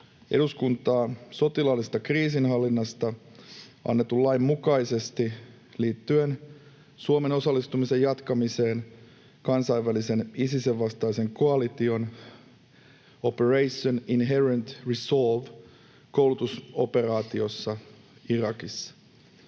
eduskuntaa sotilaallisesta kriisinhallinnasta annetun lain mukaisesti liittyen Suomen osallistumisen jatkamiseen kansainvälisen Isisin vastaisen koalition Operation Inherent Resolve ‑koulutusoperaatiossa Irakissa.